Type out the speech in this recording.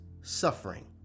suffering